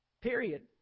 Period